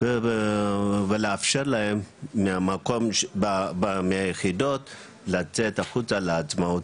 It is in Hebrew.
ולאפשר להם ביחידות לצאת החוצה לאמצעות.